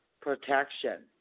protection